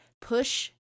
push